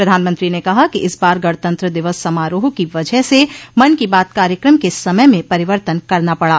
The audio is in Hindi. प्रधानमंत्री ने कहा कि इस बार गणतंत्र दिवस समारोह की वजह से मन की बात कार्यक्रम के समय में परिवर्तन करना पड़ा